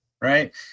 right